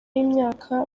y’imyaka